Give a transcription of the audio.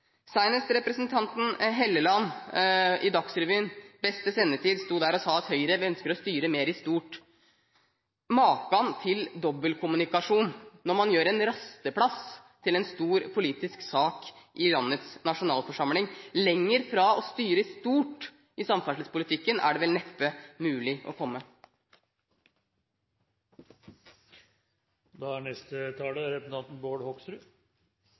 det representanten Helleland som i beste sendetid i Dagsrevyen sto der og sa at Høyre ønsker å styre mer i stort. Maken til dobbeltkommunikasjon når man gjør en rasteplass til en stor politisk sak i landets nasjonalforsamling! Lenger fra å styre i stort i samferdselspolitikken er det vel neppe mulig å komme.